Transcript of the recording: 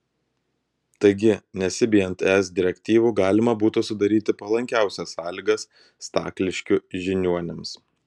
taigi nesibijant es direktyvų galima būtų sudaryti palankiausias sąlygas stakliškių žiniuoniams